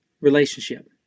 relationship